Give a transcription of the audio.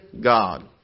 God